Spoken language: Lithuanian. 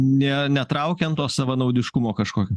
ne netraukia ant to savanaudiškumo kažkokio